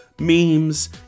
memes